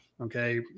Okay